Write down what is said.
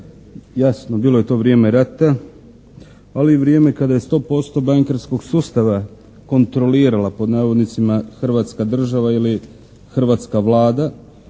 Jasno, bilo je to vrijeme rata ali i vrijeme kada je 100% bankarskog sustava "kontrolirala" Hrvatska država ili hrvatska Vlada